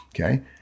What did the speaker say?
okay